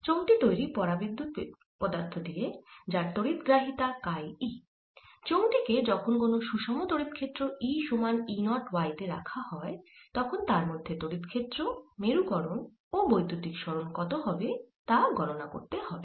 চোঙ টি তৈরি পরাবিদ্যুত পদার্থ দিয়ে যার তড়িৎ গ্রাহিতা কাই e চোঙ টি কে যখন কোন সুষম তড়িৎ ক্ষেত্র E সমান E 0 y তে রাখা হয় তখন তার মধ্যে তড়িৎ ক্ষেত্র মেরুকরন ও বৈদ্যুতিক সরণ কত হবে তা গণনা করতে হবে